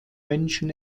menschen